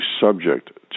subject